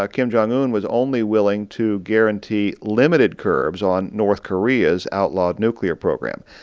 ah kim jong un was only willing to guarantee limited curbs on north korea's outlawed nuclear program.